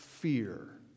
Fear